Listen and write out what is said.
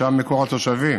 שם מקור התושבים.